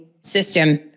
system